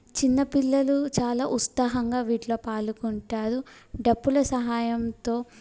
చిన్నపిల్లలు చాలా ఉత్సాహంగా వీటిలో పాల్గొంటారు డప్పుల సహాయంతో